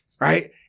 Right